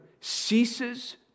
ceases